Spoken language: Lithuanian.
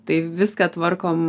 tai viską tvarkom